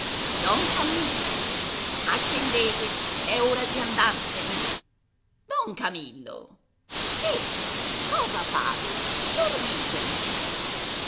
don camillo accendete ch'è ora di andarsene don camillo ehi cosa fate dormite